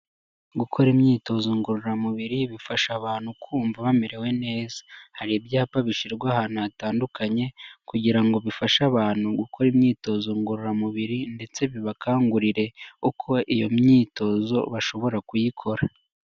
Gukora imyitozo ngororamubiri bifasha abantu kumva bamerewe neza. Hari ibyapa bishirwa ahantu hatandukanye kugira ngo bifashe abantu gukora imyitozo ngororamubiri ndetse bibakangurire uko iyo myitozo bashobora kuyikora.